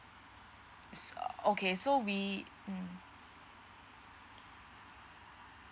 s~ err okay so we mm